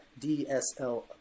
DSL